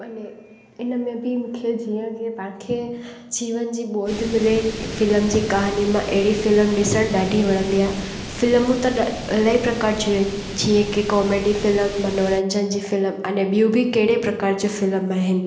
अने इन में बि मूंखे जीअं की पाण खे जीवन जी बौध मिले फिल्म जी कहाणी मां अहिड़ी फिल्म ॾिसणु ॾाढी वणंदी आहे फिल्मूं त ॾा इलाही प्रकार जूं आहिनि जीअं की कॉमेडी फिल्म मनोरंजन जी फिल्म अने ॿियूं बि कहिड़े प्रकार जी फिल्म आहिनि